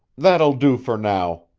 that'll do for now,